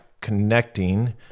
connecting